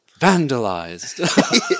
vandalized